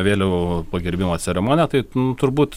vėliavų pagerbimo ceremonija tai turbūt